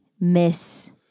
miss